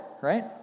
right